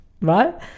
right